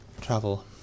travel